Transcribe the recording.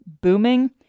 booming